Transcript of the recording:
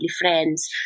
friends